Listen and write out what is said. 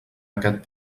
aquest